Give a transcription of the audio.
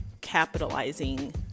capitalizing